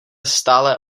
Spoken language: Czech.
stále